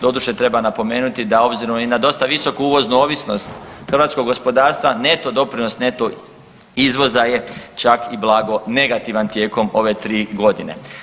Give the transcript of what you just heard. Doduše treba napomenuti da obzirom i na dosta visoku uvoznu ovisnost hrvatskog gospodarstva neto doprinos neto izvoza je čak i blago negativan tijekom ove 3 godine.